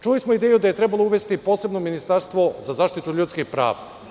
Čuli smo ideju da je trebalo uvesti i posebno ministarstvo za zaštitu ljudskih prava.